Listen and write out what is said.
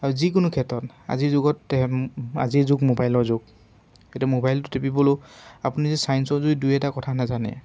আৰু যিকোনো ক্ষেত্ৰত আজিৰ যুগত আজিৰ যুগ মোবাইলৰ যুগ এতিয়া মোবাইলটো টিপিবলৈয়ো আপুনি যে চায়েন্সৰ যদি দুই এটা কথা নেজানে